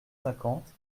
cinquante